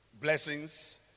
blessings